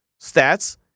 stats